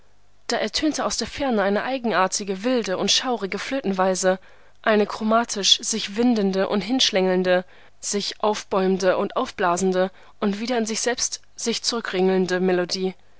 da ertönte aus der ferne eine eigenartige wilde und schaurige flötenweise eine chromatisch sich windende und hinschlängelnde sich aufbäumende und aufblasende und wieder in sich selbst sich zurückringelnde melodie